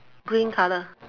green colour